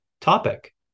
topic